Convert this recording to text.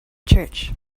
church